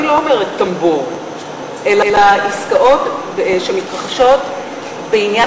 אני לא אומרת "טמבור" אלא עסקאות שמתרחשות בעניין